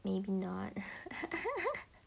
maybe not